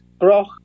broch